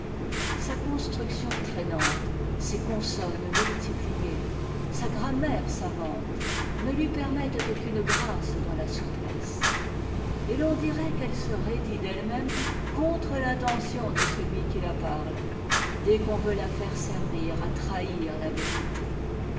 sa construction traînante ses consonnes multipliées sa grammaire savante ne lui permettent aucune grâce dans la souplesse et l'on dirait qu'elle se roidit d'elle-même contre l'intention de celui qui la parle dès qu'on veut ta faire servir à trahir la vérité